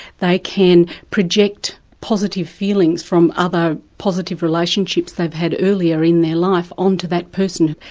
they can project positive feelings from other positive relationships they'd had earlier in their life on to that person.